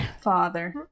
Father